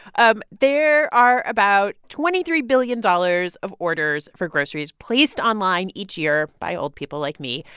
um there are about twenty three billion dollars of orders for groceries placed online each year by old people like me.